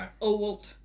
old